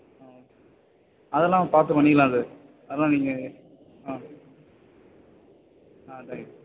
ஆ okay அதெலாம் பார்த்து பண்ணிக்கலாம் சார் அதுதான் நீங்கள் ஆ ஆ சரிங்க சார்